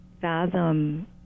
fathom